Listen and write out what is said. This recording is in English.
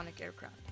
aircraft